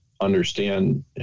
understand